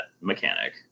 mechanic